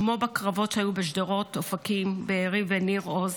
כמו בקרבות שהיו בשדרות, אופקים, בארי וניר עוז,